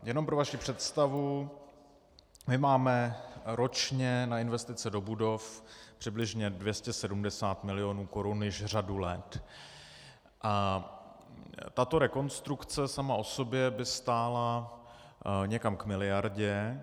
Jenom pro vaši představu, máme ročně na investice do budov přibližně 270 milionů korun již řadu let a tato rekonstrukce sama o sobě by stála někam k miliardě.